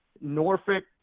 Norfolk